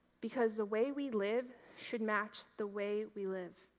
because the way we live should match the way we live.